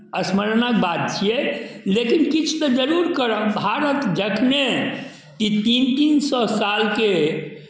स्मरणक बात छियै लेकिन किछु तऽ जरूर करब भारत जखनहि ई तीन तीन सए सालके